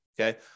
Okay